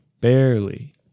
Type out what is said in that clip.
barely